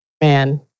Man